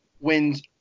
wins